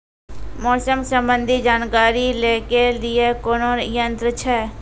मौसम संबंधी जानकारी ले के लिए कोनोर यन्त्र छ?